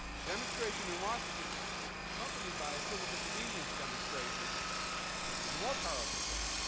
a demonstration in washington which is accompanied by a civil disobedience demonstration is a more powerful thing.